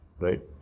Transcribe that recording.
right